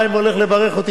חיים הולך לברך אותי,